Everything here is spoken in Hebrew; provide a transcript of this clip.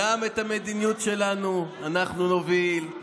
גם את המדיניות שלנו אנחנו נוביל,